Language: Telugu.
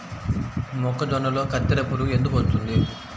మొక్కజొన్నలో కత్తెర పురుగు ఎందుకు వస్తుంది?